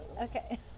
Okay